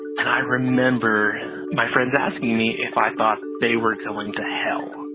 and i remember my friends asking me if i thought they were going to hell.